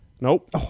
Nope